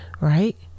Right